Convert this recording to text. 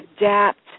adapt